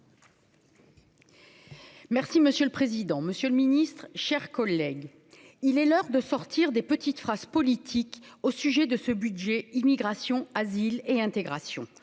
Merci monsieur le président, Monsieur le Ministre, chers collègues, il est l'heure de sortir des petites phrases politiques au sujet de ce budget Immigration, asile et intégration